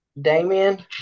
Damien